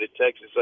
Texas